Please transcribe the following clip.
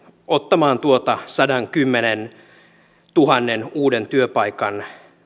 ottamaan tuota sadankymmenentuhannen uuden työpaikan